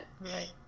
right